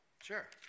Sure